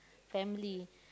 family